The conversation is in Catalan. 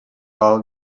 val